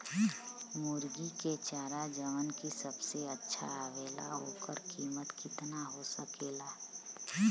मुर्गी के चारा जवन की सबसे अच्छा आवेला ओकर कीमत केतना हो सकेला?